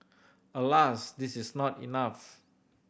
alas this is not enough